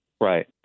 Right